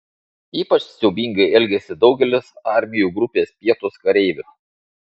ypač siaubingai elgėsi daugelis armijų grupės pietūs kareivių